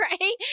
Right